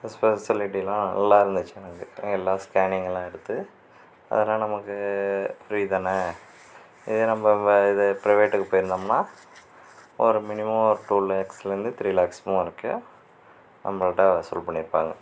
ஃபெசலிட்டிலாம் நல்லா இருந்துச்சு இவங்கக்கிட்ட எல்லாம் ஸ்கேனிங் எல்லாம் எடுத்து அதலாம் நமக்கு ஃப்ரீ தானே இதே நம்ம இதே பிரைவேட்டுக்கு போயிருந்தோம்னா ஒரு மினிமம் ஒரு டூ லேக்ஸ்லேந்து த்ரீ லேக்ஸ்மும் வரைக்கும் நம்மள்ட்ட வசூல் பண்ணிருப்பாங்க